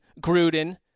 Gruden